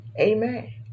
Amen